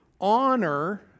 honor